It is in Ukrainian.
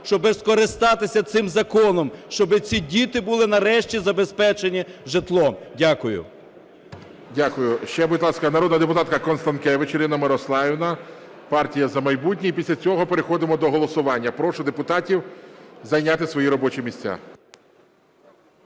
щоб скористатися цим законом, щоб ці діти були нарешті забезпечені житлом. Дякую. ГОЛОВУЮЧИЙ. Дякую. Ще, будь ласка, народна депутатка Констанкевич Ірина Мирославівна, "Партія "За майбутнє". І після цього переходимо до голосування. Прошу депутатів зайняти свої робочі місця.